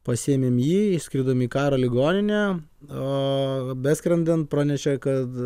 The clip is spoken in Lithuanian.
pasiėmėm jį išskridom į karo ligoninę o beskrendant pranešė kad